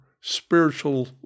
spiritual